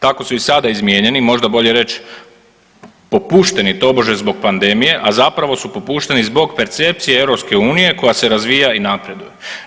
Tako su i sada izmijenjeni možda bolje reći popušteni tobože zbog pandemije, a zapravo su popušteni zbog percepcije EU koja se razvija i napreduje.